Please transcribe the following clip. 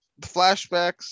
flashbacks